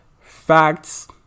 facts